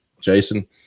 Jason